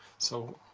so,